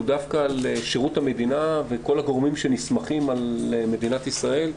הוא דווקא על שירות המדינה וכל הגורמים שנסמכים על מדינת ישראל,